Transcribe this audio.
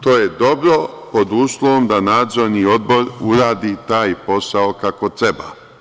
To je dobro, pod uslovom da Nadzorni odbor uradi taj posao kako treba.